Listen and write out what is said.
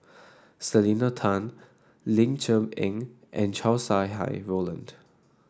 Selena Tan Ling Cher Eng and Chow Sau Hai Roland